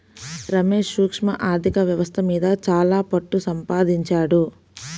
రమేష్ సూక్ష్మ ఆర్ధిక వ్యవస్థ మీద చాలా పట్టుసంపాదించాడు